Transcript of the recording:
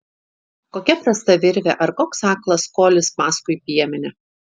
kokia prasta virvė ar koks aklas kolis paskui piemenį